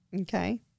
Okay